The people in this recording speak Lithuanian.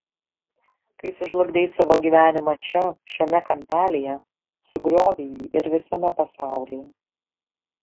kai sužlugdei savo gyvenimą čia šiame kampelyje sugriovei jį ir visame pasaulyje